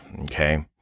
Okay